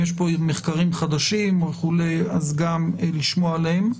יש כאן מחקרים חדשים וכולי ונרצה גם לשמוע עליהם.